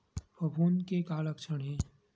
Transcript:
फफूंद के का लक्षण हे?